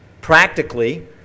Practically